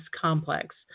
complex